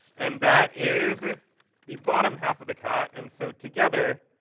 and that is the bottom half of the cat. and so together,